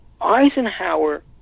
Eisenhower